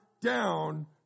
down